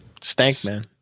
Stankman